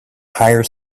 hire